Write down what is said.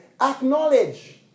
Acknowledge